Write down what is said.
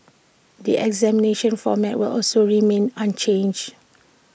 the examination format will also remain unchanged